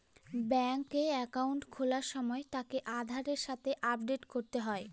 ব্যাঙ্কে একাউন্ট খোলার সময় তাকে আধারের সাথে আপডেট করতে হয়